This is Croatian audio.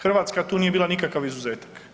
Hrvatska tu nije bila nikakav izuzetak.